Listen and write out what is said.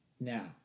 Now